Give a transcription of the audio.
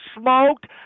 smoked